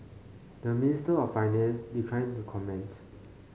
the Minister of Finance declined to comment